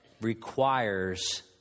requires